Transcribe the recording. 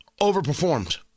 overperformed